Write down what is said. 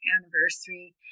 anniversary